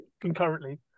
concurrently